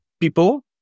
people